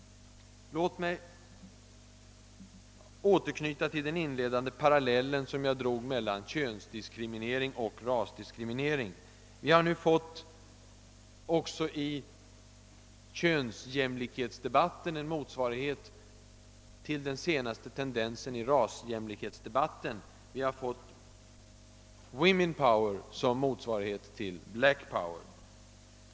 Låt mig återknyta till den inledande parallell som jag drog mellan könsoch rasdiskriminering. Även i könsjämlikhetsdebatten har vi nu fått en motsvarighet till den senaste tendensen i rasjämlikhetsdebatten; vi har fått Woman Power som motsvarighet till Black Power.